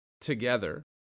together